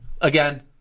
Again